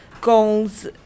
goals